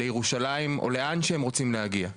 לירושלים או לאן שהם רוצים להגיע.